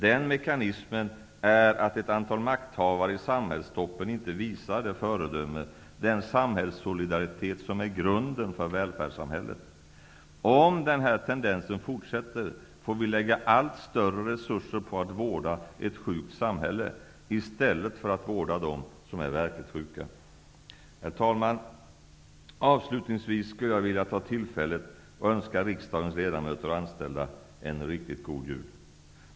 Den mekanismen är att ett antal makthavare i samhällstoppen inte visar det föredöme och den samhällssolidaritet som är grunden för välfärdssamhället. Om den här tendensen forsätter, får vi lägga allt större resurser på att vårda ett sjukt samhälle, i stället för att vårda dem som är verkligt sjuka. Herr talman! Avslutningsvis skulle jag vilja ta tillfället att önska riksdagens ledamöter och anställda en riktigt God Jul.